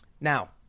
Now